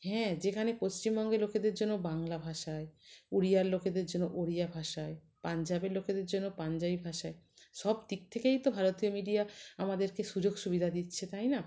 হ্যাঁ যেখানে পশ্চিমবঙ্গের লোকেদের জন্য বাংলা ভাষায় উড়িয়ার লোকেদের জন্য ওড়িয়া ভাষায় পাঞ্জাবের লোকেদের জন্য পাঞ্জাবী ভাষায় সব দিক থেকেই তো ভারতীয় মিডিয়া আমাদেরকে সুযোগ সুবিধা দিচ্ছে তাই না